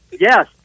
yes